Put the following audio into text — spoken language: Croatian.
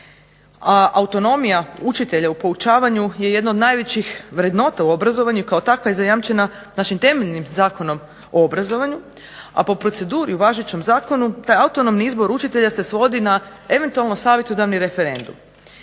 a autonomija učitelja u poučavanju je jedna od najvećih vrednota u obrazovanju i kao takva je zajamčena našim temeljnim Zakonom o obrazovanju, a po proceduri o važećem zakonu taj autonomni izbor učitelja se svodi na eventualno savjetodavni referendum.